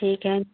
ठीक है